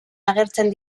agertzen